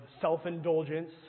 self-indulgence